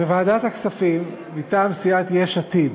בוועדת הכספים, מטעם סיעת יש עתיד,